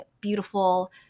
beautiful